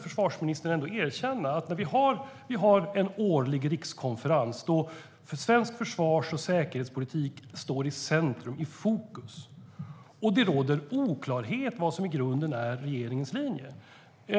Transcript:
Försvarsministern måste väl erkänna att när vi har en årlig rikskonferens där svensk försvars och säkerhetspolitik står i fokus och det råder oklarhet om vad som i grunden är regeringens linje är det ett problem.